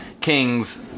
Kings